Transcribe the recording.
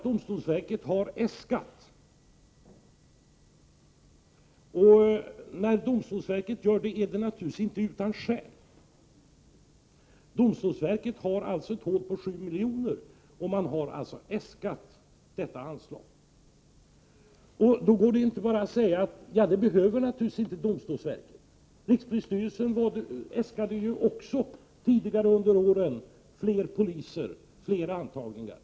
Domstolsverket har faktiskt äskat medel — naturligtvis inte utan skäl. Domstolsverket behöver nämligen 7 miljoner. Då går det inte att bara säga att domstolsverket inte behöver de pengarna. Rikspolisstyrelsen har tidigare äskat fler poliser och fler antagningar.